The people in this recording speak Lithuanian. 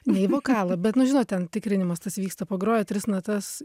ne į vokalą bet nu žinot ten tikrinimas tas vyksta pagroja tris natas